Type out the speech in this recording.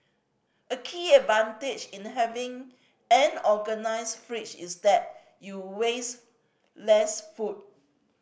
a key advantage in having an organised fridge is that you waste less food